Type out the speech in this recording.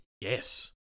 Yes